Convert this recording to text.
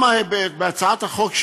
גם בהצעת החוק,